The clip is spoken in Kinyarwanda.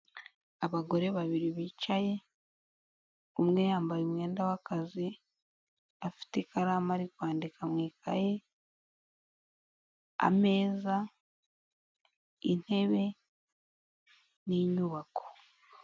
Abagore babiri bicaye umwe yambaye umwenda w'akazi, afite ikaramu ari kwandika mu ikaye, ameza, intebe n'inyubako.